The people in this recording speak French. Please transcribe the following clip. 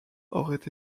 aurait